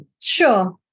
sure